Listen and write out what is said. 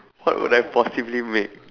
what would I possibly make